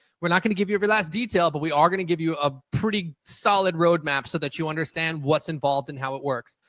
we're not going to give you every last detail, but we are going to give you a ah pretty solid road map so you understand what's involved and how it works.